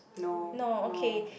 no no